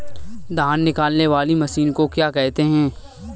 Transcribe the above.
धान निकालने वाली मशीन को क्या कहते हैं?